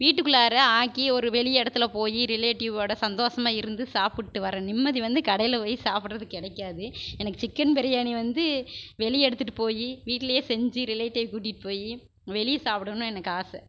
வீட்டுக்கு உள்ளார ஆக்கி ஒரு வெளி இடத்தில் போய் ரிலேட்டிவ்வோடு சந்தோஷமா இருந்து சாப்பிட்டு வர நிம்மதி வந்து கடையில் போய் சாப்பிடற கிடைக்காது எனக்கு சிக்கன் பிரியாணி வந்து வெளியே எடுத்துகிட்டு போய் வீட்டிலையே செஞ்சு ரிலேட்டிவ் கூட்டிகிட்டு போய் வெளியே சாப்பிடணும்னு எனக்கு ஆசை